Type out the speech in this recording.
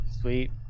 Sweet